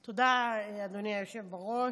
תודה, אדוני היושב בראש.